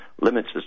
Limits